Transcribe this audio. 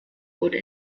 wurde